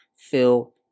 fill